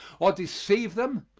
or deceive them,